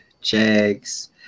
Jags